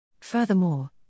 Furthermore